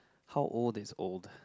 how old that's old